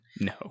No